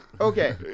Okay